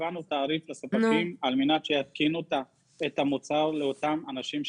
קבענו תעריף לספקים על מנת שיתקינו את המוצר לאותם אנשים שזקוקים.